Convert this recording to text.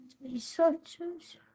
researchers